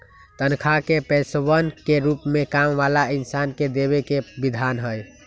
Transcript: तन्ख्वाह के पैसवन के रूप में काम वाला इन्सान के देवे के विधान हई